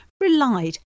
relied